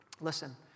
Listen